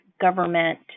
government